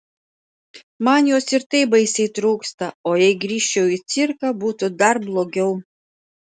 man jos ir taip baisiai trūksta o jei grįžčiau į cirką būtų dar blogiau